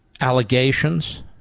allegations